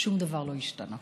שום דבר לא השתנה,